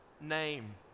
Name